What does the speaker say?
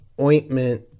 ointment